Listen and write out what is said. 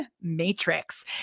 matrix